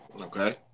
Okay